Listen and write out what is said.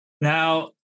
Now